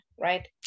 right